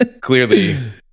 clearly